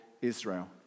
Israel